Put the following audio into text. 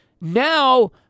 now